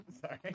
Sorry